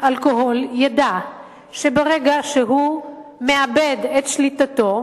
אלכוהול ידע שברגע שהוא מאבד את שליטתו,